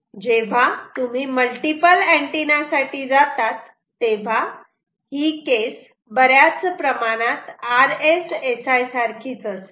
जेव्हा तुम्ही multiple antenna साठी जातात तेव्हा ही केस बऱ्याच प्रमाणात RSSI सारखीच असते